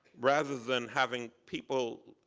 rather than having people